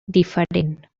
diferent